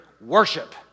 worship